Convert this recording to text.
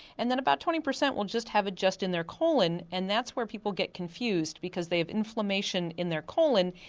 and then about twenty percent will just have it just in their colon, and that's where people get confused, because they have inflammation in their colon,